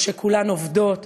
או שכולן עובדות.